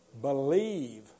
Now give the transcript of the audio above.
Believe